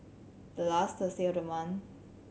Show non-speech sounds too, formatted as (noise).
the last (unintelligible) of the month